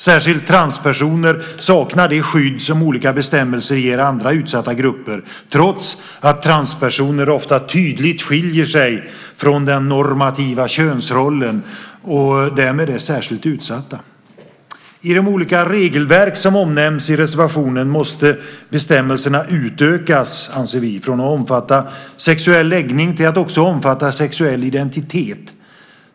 Särskilt transpersoner saknar det skydd som olika bestämmelser ger andra utsatta grupper, trots att transpersoner ofta tydligt skiljer sig från den normativa könsrollen och därmed är särskilt utsatta. Vi anser att bestämmelserna i de olika regelverk som omnämns i reservationen måste utökas från att omfatta sexuell läggning till att också omfatta sexuell identitet.